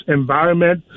environment